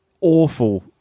Awful